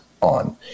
on